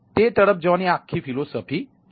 તે તરફ જવાની આ આખી ફિલસૂફી છે